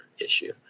issue